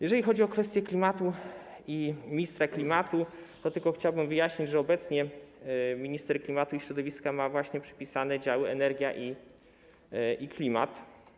Jeżeli chodzi o kwestię klimatu i ministra klimatu, to tylko chciałbym wyjaśnić, że obecnie minister klimatu i środowiska ma właśnie przypisane działy energia i klimat.